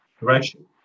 direction